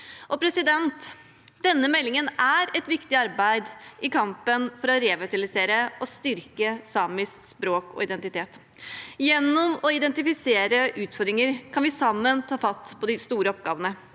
situasjon. Denne meldingen er et viktig arbeid i kampen for å revitalisere og styrke samisk språk og identitet. Gjennom å identifisere utfordringer kan vi sammen ta fatt på de store oppgavene.